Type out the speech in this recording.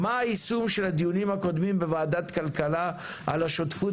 מה היישום של הדיונים הקודמים בוועדת כלכלה על השותפות